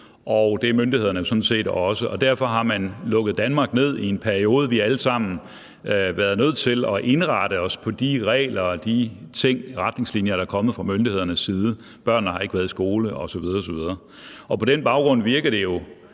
det er myndighederne sådan set også, og derfor har man lukket Danmark ned i en periode. Vi har alle sammen været nødt til at indrette os efter de regler og de retningslinjer, der er kommet fra myndighederne side. Børnene har ikke været i skole osv. osv. På den baggrund virker det jo